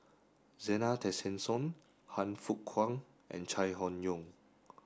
Zena Tessensohn Han Fook Kwang and Chai Hon Yoong